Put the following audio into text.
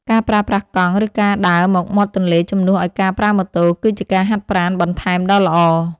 ការប្រើប្រាស់កង់ ឬការដើរមកមាត់ទន្លេជំនួសឱ្យការប្រើម៉ូតូ គឺជាការហាត់ប្រាណបន្ថែមដ៏ល្អ។